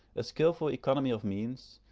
a skilful economy of means,